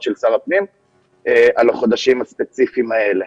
של שר הפנים על החודשים הספציפיים האלה.